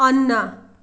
अन्न